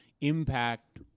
impact